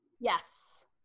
Yes